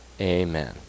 amen